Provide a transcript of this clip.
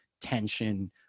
tension